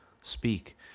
speak